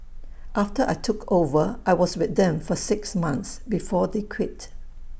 after I took over I was with them for six months before they quit